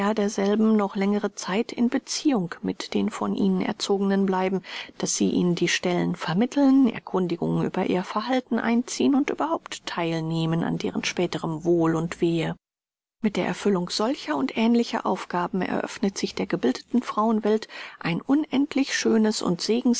derselben noch längere zeit in beziehung mit den von ihnen erzogenen bleiben daß sie ihnen die stellen vermitteln erkundigung über ihr verhalten einziehen und überhaupt theil nehmen an deren späterem wohl und wehe mit der erfüllung solcher und ähnlicher aufgaben eröffnet sich der gebildeten frauenwelt ein unendlich schönes und